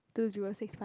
two zero six five